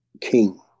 King